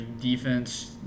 Defense